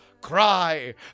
cry